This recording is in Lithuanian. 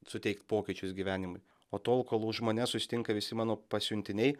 suteikt pokyčius gyvenimui o tol kol už mane susitinka visi mano pasiuntiniai